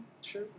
Sure